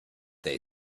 they